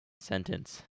sentence